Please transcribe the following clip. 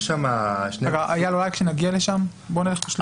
אייל, כשנגיע לשם.